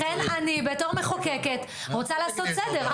לכן אני בתור מחוקקת רוצה לעשות סדר,